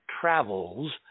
travels